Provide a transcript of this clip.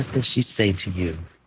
does she say to you,